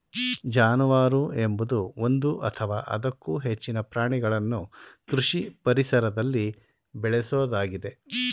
ಜಾನುವಾರು ಎಂಬುದು ಒಂದು ಅಥವಾ ಅದಕ್ಕೂ ಹೆಚ್ಚಿನ ಪ್ರಾಣಿಗಳನ್ನು ಕೃಷಿ ಪರಿಸರದಲ್ಲಿ ಬೇಳೆಸೋದಾಗಿದೆ